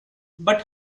but